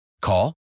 Call